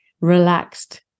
relaxed